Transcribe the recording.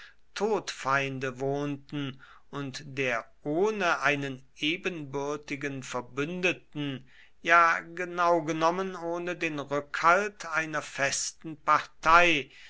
todfeinde wohnten und der ohne einen ebenbürtigen verbündeten ja genau genommen ohne den rückhalt einer festen partei